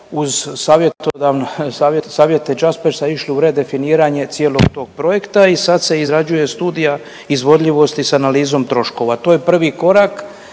uz savjete Jaspersa išli u redefiniranje cijelog tog projekta i sad se izrađuje studija izvodljivosti sa analizom troškova. To je prvi korak.